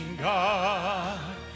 god